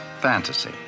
Fantasy